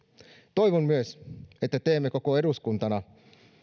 toivon myös että teemme koko eduskuntana